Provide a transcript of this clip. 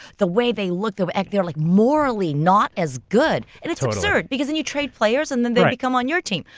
the way they look, they're like they're like morally not as good. and it's absurd because then you trade players and they come on your team.